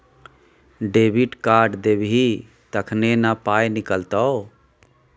debit card देबही तखने न पाइ निकलतौ